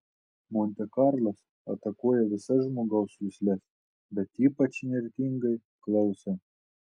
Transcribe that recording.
monte karlas atakuoja visas žmogaus jusles bet ypač įnirtingai klausą